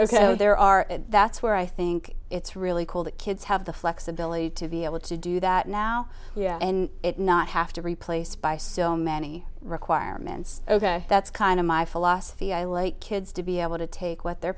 invention there are that's where i think it's really cool that kids have the flexibility to be able to do that now and not have to replace by so many requirements ok that's kind of my philosophy i like kids to be able to take what they're